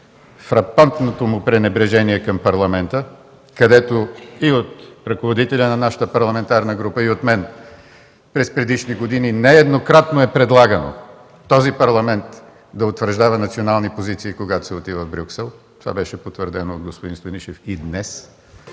фрапантното му пренебрежение към Парламента, където и от ръководителя на нашата парламентарна група, и от мен през предишни години нееднократно е предлагано Парламентът да утвърждава национални позиции, когато се отива в Брюксел, това беше потвърдено от господин Станишев и днес,